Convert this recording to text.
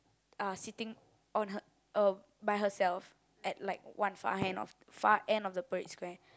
ah sitting on her uh by herself at like one far end of far end of the Parade Square